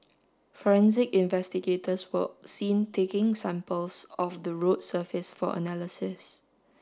forensic investigators were seen taking samples of the road surface for analysis